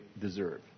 deserve